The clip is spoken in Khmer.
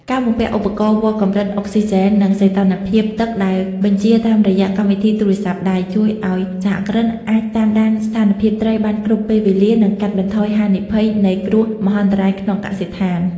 ការបំពាក់ឧបករណ៍វាស់កម្រិតអុកស៊ីហ្សែន និងសីតុណ្ហភាពទឹកដែលបញ្ជាតាមរយៈកម្មវិធីទូរស័ព្ទដៃ ជួយឱ្យសហគ្រិនអាចតាមដានស្ថានភាពត្រីបានគ្រប់ពេលវេលា និងកាត់បន្ថយហានិភ័យនៃគ្រោះមហន្តរាយក្នុងកសិដ្ឋាន។